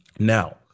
Now